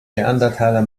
neandertaler